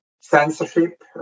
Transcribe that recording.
censorship